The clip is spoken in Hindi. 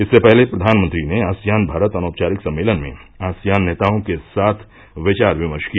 इससे पहले प्रधानमंत्री ने आसियान भारत अनौपचारिक सम्मेलन में आसियान नेताओं के साथ विचार विमर्श किया